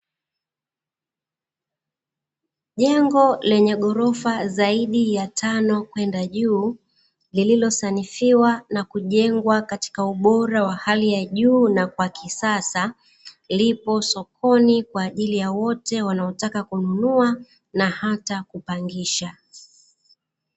Jengo lenye ghorofa zaidi ya tano kwenda juu, lililosanifiwa na kujengwa katika ubora wa hali ya juu na wa kisasa, lipo sokoni kwa ajili ya wote wanaotaka kununua na hata kupangisha.